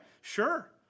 sure